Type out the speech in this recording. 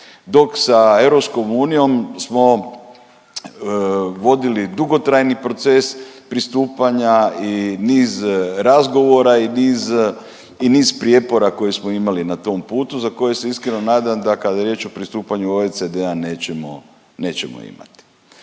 Dok sa Europskom unijom smo vodili dugotrajni proces pristupanja i niz razgovora i niz prijepora koje smo imali na tom putu za koje se iskreno nadam da kada je riječ o pristupanju OECD-a nećemo imati.